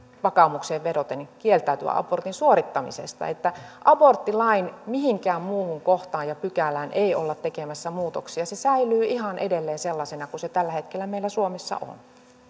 vakaumukseen vedoten kieltäytyä abortin suorittamisesta aborttilain mihinkään muuhun kohtaan ja pykälään ei olla tekemässä muutoksia se säilyy ihan edelleen sellaisena kuin se tällä hetkellä meillä suomessa on